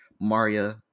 Maria